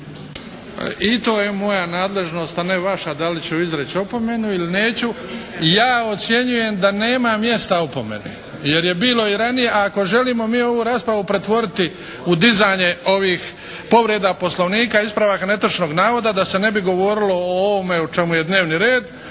I to je moja nadležnost a ne vaša da li ću izreći opomenu ili neću. Ja ocjenjujem da nema mjesta opomene, jer je bilo i ranije, a ako želimo mi ovu raspravu pretvoriti u dizanje ovih povreda poslovnika i ispravaka netočnog navoda da se ne bi govorilo o ovome o čemu je dnevni red,